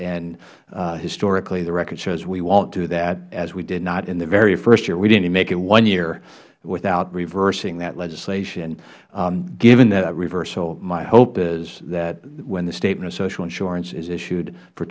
historically the record shows we won't do that as we did not in the very first year we didn't even make it one year without reversing that legislation given that reversal my hope is that when the statement of social insurance is issued for